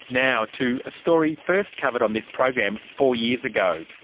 now to a story first covered on this program four years ago.